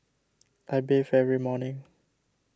I bathe every morning